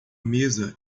mesa